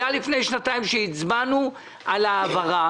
לפני שנתיים הצבענו על העברה